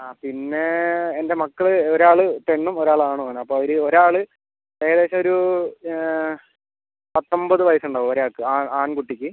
ആ പിന്നെ എൻ്റെ മക്കൾ ഒരാൾ പെണ്ണും ഒരാൾ ആണും ആണ് അപ്പം അവർ ഒരാൾ ഏകദേശം ഒരു പത്തൊമ്പത് വയസ്സ് ഉണ്ടാവും ഒരാൾക്ക് ആ ആൺകുട്ടിക്ക്